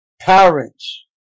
parents